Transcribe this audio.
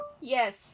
Yes